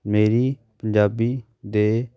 ਮੇਰੀ ਪੰਜਾਬੀ ਦੇ